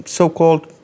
so-called